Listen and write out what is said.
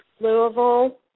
louisville